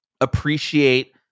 appreciate